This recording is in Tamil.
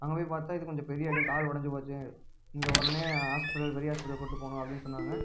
அங்கே போய் பார்த்தா இது கொஞ்சம் பெரிய அடி கால் உடஞ்சிப் போச்சு நீங்கள் உடனே ஹாஸ்பிட்டல் பெரிய ஹாஸ்பிட்டல் கூட்டு போங்க அப்படின்னு சொன்னாங்க